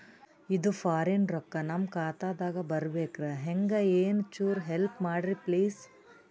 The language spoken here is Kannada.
ಇದು ಫಾರಿನ ರೊಕ್ಕ ನಮ್ಮ ಖಾತಾ ದಾಗ ಬರಬೆಕ್ರ, ಹೆಂಗ ಏನು ಚುರು ಹೆಲ್ಪ ಮಾಡ್ರಿ ಪ್ಲಿಸ?